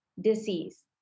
disease